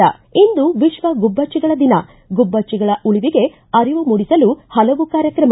ಿ ಇಂದು ವಿಶ್ವ ಗುಬ್ಬಚ್ಚಿಗಳ ದಿನ ಗುಬ್ಬಚ್ಚಿಗಳ ಉಳಿವಿಗೆ ಅರಿವು ಮೂಡಿಸಲು ಹಲವು ಕಾರ್ಯಕ್ರಮ